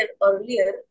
earlier